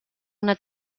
una